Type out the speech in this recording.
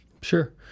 Sure